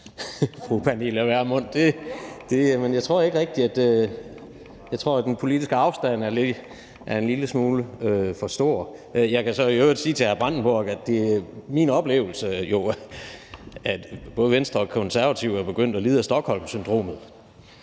jeg tror, at den politiske afstand er en lille smule for stor. Jeg kan så i øvrigt sige til Bjørn Brandenborg, at det er min oplevelse, at både Venstre og Konservative er begyndt at lide af Stockholmsyndromet.